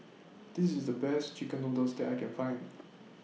This IS The Best Chicken Noodles that I Can Find